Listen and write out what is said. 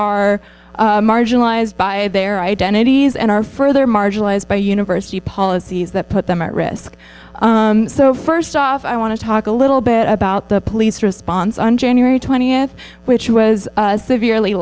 are marginalized by their identities and are further marginalized by university policies that put them at risk so first off i want to talk a little bit about the police response on january twentieth which was severely